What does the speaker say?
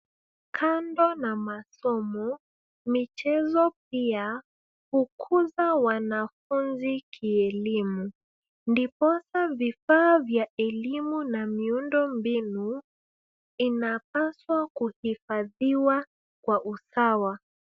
Kando na masomo, michezo pia hukuza wanafunzi kielimu ndiposa vifaa vya elimu na miundombinu inapaswa kuhifadhiwa kwa usawa.